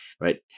right